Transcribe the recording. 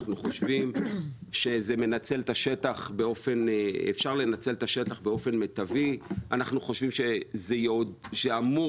אנחנו חושבים שאפשר לנצל את השטח באופן מיטבי; אנחנו חושבים שזה אמור